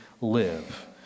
live